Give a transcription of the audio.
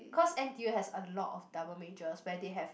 cause n_t_u has a lot of double majors where they have